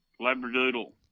Labradoodle